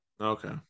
Okay